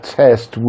test